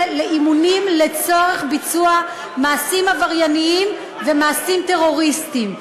לאימונים לצורך ביצוע מעשים עברייניים ומעשים טרוריסטיים,